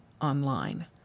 online